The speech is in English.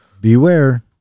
Beware